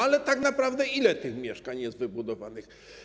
Ale tak naprawdę ile tych mieszkań jest wybudowanych?